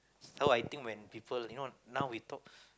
so I think when people you know now we talk